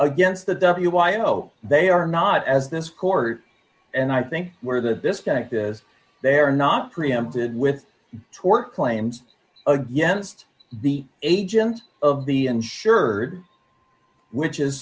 against the w y o they are not as this court and i think where the disconnect is they are not preempted with tort claims against the agent of the insured which is